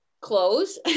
clothes